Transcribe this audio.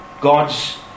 God's